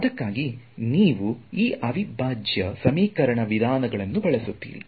ಅದಕ್ಕಾಗಿಯೇ ನೀವು ಈ ಅವಿಭಾಜ್ಯ ಸಮೀಕರಣ ವಿಧಾನಗಳನ್ನು ಬಳಸುತ್ತೀರಿ